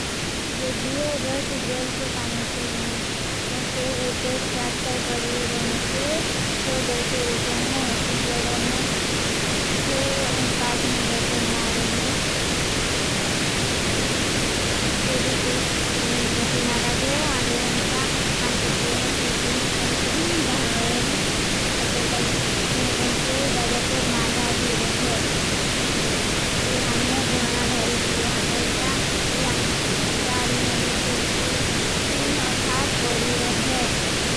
जे beer रो जेल के पानी से बने नहीं ते। तेर स्वाद काई कड़ूर रोने चे। सो दो सो रूपियां में हसी जोडेने चे काच नु बोतल मावेने। ते भी ती तीना काजे हाम रेंचा बाणचे। पियेने पीपीन कहें चे उन्दा होगेने। ते काजे तीना चे जादा तर माँधा भी रोहे। भी हामने गोणा भारी पियें हाम रेंचा। भी हाम दारू नहीं सद पियें उठा पोड़ी रोहे।